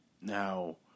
Now